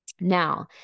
Now